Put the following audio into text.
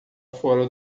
fora